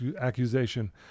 accusation